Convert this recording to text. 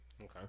okay